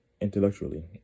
intellectually